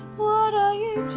what are you